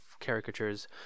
caricatures